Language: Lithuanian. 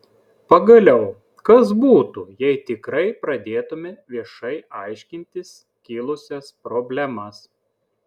pagaliau kas būtų jei tikrai pradėtumėme viešai aiškintis kilusias problemas